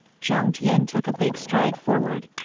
jiang tian took a big stride forward,